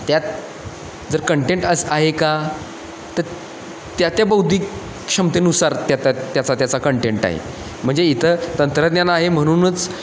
त्यात जर कंटेंट असं आहे का तर त्या त्या बौद्धिक क्षमतेनुसार त्याता त्याचा त्याचा कंटेंट आहे म्हणजे इथं तंत्रज्ञानं आहे म्हनूनच